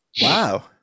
Wow